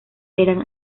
eran